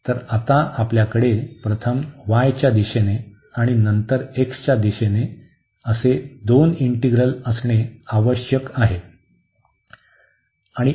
तर आता आपल्याकडे प्रथम y च्या दिशेने आणि नंतर x च्या दिशेने असे दोन इंटीग्रल असणे आवश्यक आहे